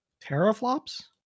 Teraflops